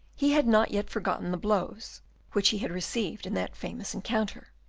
he had not yet forgotten the blows which he had received in that famous encounter.